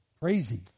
crazy